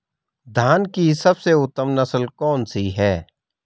धान की सबसे उत्तम नस्ल कौन सी है?